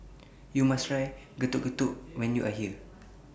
YOU must Try Getuk Getuk when YOU Are here